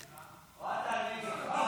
נתקבלה.